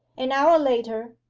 an hour later,